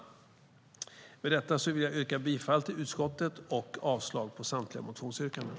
Med detta yrkar jag bifall till utskottets förslag och avslag på samtliga motionsyrkanden.